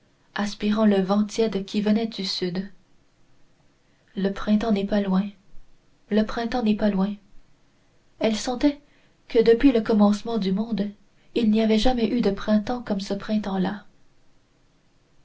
aspirant le vent tiède qui venait du sud le printemps n'est pas loin le printemps n'est pas loin elle sentait que depuis le commencement du monde il n'y avait jamais eu de printemps comme ce printemps là